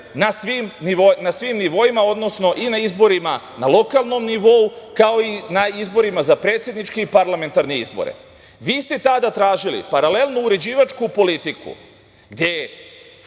na svim nivoima, odnosno i na izborima na lokalu, kao i na predsedničkim i parlamentarnim izborima. Vi ste tada tražili paralelnu uređivačku politiku gde ni